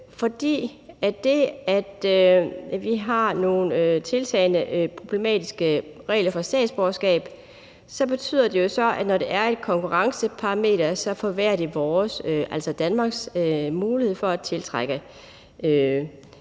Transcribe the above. For det, at vi har nogle tiltagende problematiske regler for statsborgerskab, betyder jo, når det er et konkurrenceparameter, at det forværrer vores – Danmarks – mulighed for at tiltrække de